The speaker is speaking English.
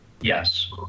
Yes